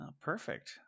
perfect